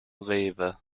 rewe